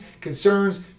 concerns